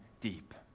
deep